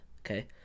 Okay